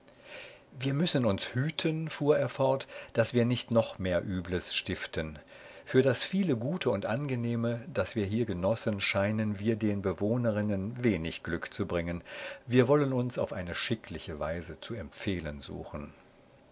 wir müssen uns hüten fuhr er fort daß wir nicht noch mehr übles stiften für das viele gute und angenehme das wir hier genossen scheinen wir den bewohnerinnen wenig glück zu bringen wir wollen uns auf eine schickliche weise zu empfehlen suchen